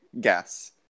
guess